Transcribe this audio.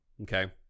okay